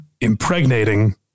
impregnating